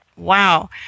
Wow